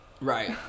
Right